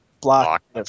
block